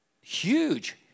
huge